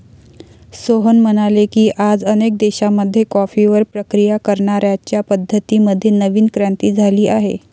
सोहन म्हणाले की, आज अनेक देशांमध्ये कॉफीवर प्रक्रिया करण्याच्या पद्धतीं मध्ये नवीन क्रांती झाली आहे